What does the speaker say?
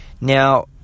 Now